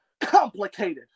complicated